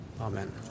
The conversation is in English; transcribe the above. Amen